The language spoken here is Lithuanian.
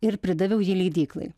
ir pridaviau jį leidyklai